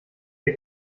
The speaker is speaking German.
der